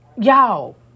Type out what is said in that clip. Y'all